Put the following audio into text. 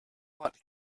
what